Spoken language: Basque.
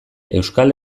euskal